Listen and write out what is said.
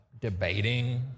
debating